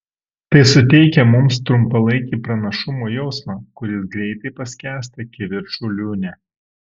tai suteikia mums trumpalaikį pranašumo jausmą kuris greitai paskęsta kivirčų liūne